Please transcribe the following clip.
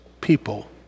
people